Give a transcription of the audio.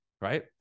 Right